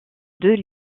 deux